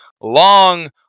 long